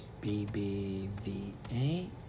BBVA